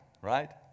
right